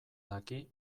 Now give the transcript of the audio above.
daki